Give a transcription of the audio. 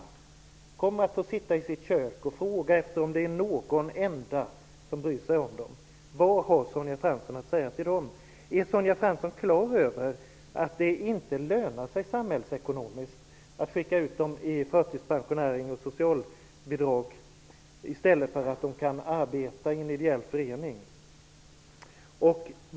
De kommer att få sitta i sitt kök och fråga om det är någon enda som bryr sig om dem. Vad har Sonja Fransson att säga till dem? Är Sonja Fransson klar över att det inte lönar sig samhällsekonomiskt att skicka ut dem i förtidspensionering och socialbidrag i stället för att låta dem arbeta i en ideell förening?